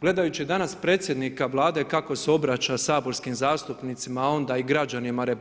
Gledajući danas predsjednika Vlade kako se obraća saborskim zastupnicima, onda i građanima RH,